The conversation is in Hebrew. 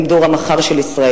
הם דור המחר של ישראל,